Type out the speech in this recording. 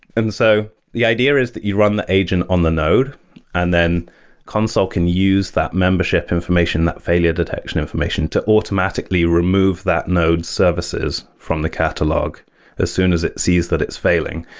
and so the idea is that you run the agent on the node and then consul can use that membership information, that failure detection information, to automatically remove that node services from the catalog as soon as it sees that it's failing.